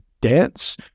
dance